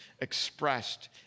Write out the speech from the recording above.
expressed